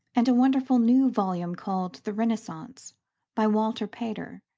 and a wonderful new volume called the renaissance by walter pater.